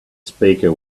speaker